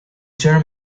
term